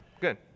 good